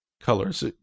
colors